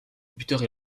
buteurs